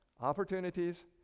opportunities